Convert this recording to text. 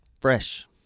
Fresh